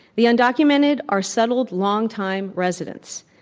the undocumented are settled, long-time residents.